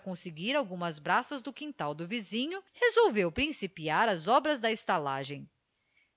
conseguir algumas braças do quintal do vizinho resolveu principiar as obras da estalagem